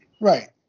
right